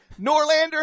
Norlander